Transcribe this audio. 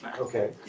Okay